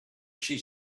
she